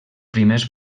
primers